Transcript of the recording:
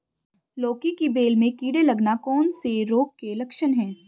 लौकी की बेल में कीड़े लगना कौन से रोग के लक्षण हैं?